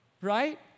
Right